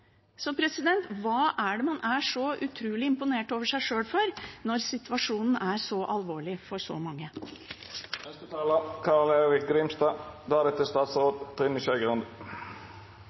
Så hva er det man er så utrolig imponert over seg sjøl for, når situasjonen er så alvorlig for så